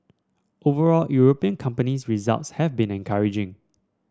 overall European companies results have been encouraging